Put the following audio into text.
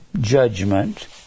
judgment